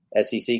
SEC